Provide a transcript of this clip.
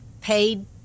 paid